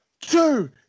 two